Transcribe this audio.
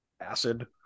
Acid